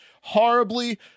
horribly